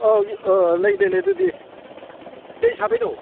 ꯑꯥ ꯂꯩ ꯂꯩ ꯂꯩ ꯑꯗꯨꯗꯤ ꯀꯔꯤ ꯁꯥꯕꯒꯤꯅꯣ